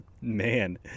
Man